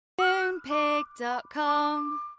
Moonpig.com